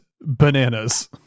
bananas